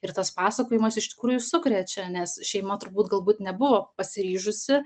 ir tas pasakojimas iš tikrųjų sukrečia nes šeima turbūt galbūt nebuvo pasiryžusi